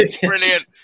brilliant